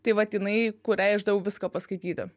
tai vat jinai kuriai aš daviau viską paskaityti